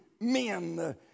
men